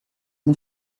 man